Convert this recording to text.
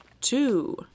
two